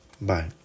Bye